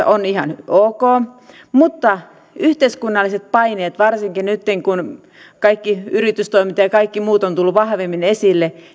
on ihan ok mutta yhteiskunnalliset paineet varsinkin nytten kun kaikki yritystoiminta ja kaikki muu on tullut vahvemmin esille